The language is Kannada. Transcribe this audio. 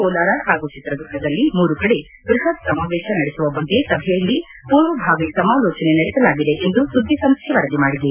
ಕೋಲಾರ ಪಾಗೂ ಚಿತ್ರದುರ್ಗದಲ್ಲಿ ಮೂರು ಕಡೆ ಬೃಹತ್ ಸಮಾವೇಶ ನಡೆಸುವ ಬಗ್ಗೆ ಸಭೆಯಲ್ಲಿ ಪೂರ್ವಭಾವಿ ಸಮಾಲೋಜನೆ ನಡೆಸಲಾಗಿದೆಎಂದು ಸುದ್ದಿ ಸಂಸ್ಥೆ ವರದಿ ಮಾಡಿದೆ